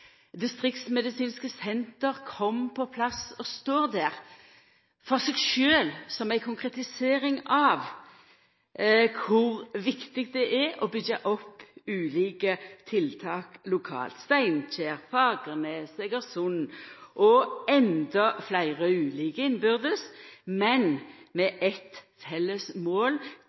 distriktsmedisinske senter kom på plass og står der for seg sjølve som ei konkretisering av kor viktig det er å byggja opp ulike tiltak lokalt. Steinkjer, Fagernes, Egersund og endå fleire – ulike innbyrdes, men med eit felles mål